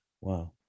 Wow